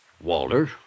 Walter